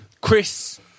Chris